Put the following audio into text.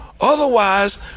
Otherwise